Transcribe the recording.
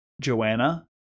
Joanna